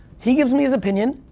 he gives me his opinion,